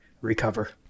recover